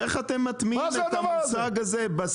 ואיך אתם מציגים בשיח את הדבר הזה בשיח?